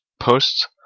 posts